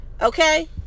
Okay